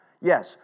yes